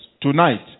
Tonight